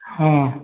ହଁ